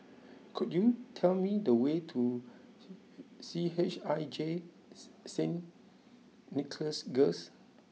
could you tell me the way to C H I J Saint Nicholas Girls